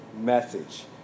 message